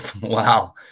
Wow